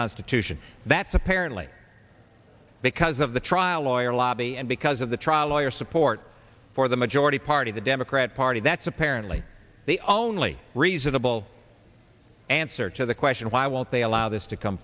constitution that's apparently because of the trial lawyer lobby and because of the trial lawyer support for the majority party the democrat party that's apparently the only reasonable answer to the question why won't they allow this to come